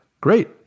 Great